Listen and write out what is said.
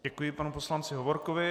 Děkuji panu poslanci Hovorkovi.